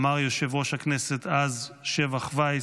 אמר יושב-ראש הכנסת אז, שבח וייס,